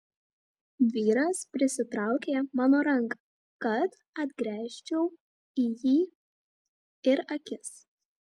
vyras prisitraukė mano ranką kad atgręžčiau į jį ir akis